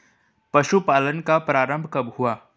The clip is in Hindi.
पशुपालन का प्रारंभ कब हुआ?